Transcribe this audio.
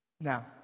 Now